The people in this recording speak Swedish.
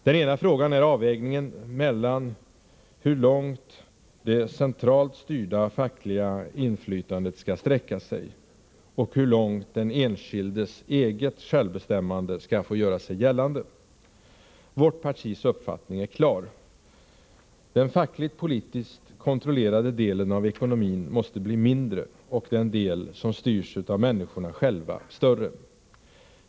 Den ena frågan gäller avvägningen mellan hur långt det centralt styrda fackliga inflytandet skall sträcka sig och hur långt den enskildes eget självbestämmande skall få göra sig gällande. Vårt partis uppfattning är klar. Den fackligt-politiskt kontrollerade delen av ekonomin måste bli mindre, och den del som styrs av människorna själva större.